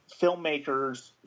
filmmakers